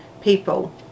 people